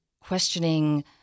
questioning